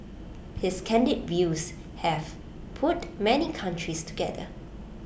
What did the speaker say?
his candid views have put many countries together